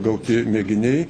gauti mėginiai